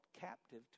captive